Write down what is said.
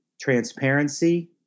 transparency